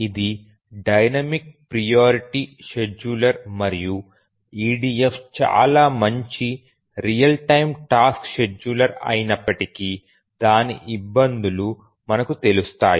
ఇది dynamic priority scheduler మరియు EDF చాలా మంచి రియల్ టైమ్ టాస్క్ షెడ్యూలర్ అయినప్పటికీ దాని ఇబ్బందులు మనకు తెలుస్తాయి